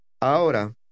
Ahora